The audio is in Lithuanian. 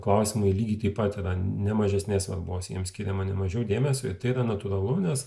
klausimai lygiai taip pat yra ne mažesnės svarbos jiems skiriama nemažiau dėmesio ir tai yra natūralu nes